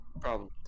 Problem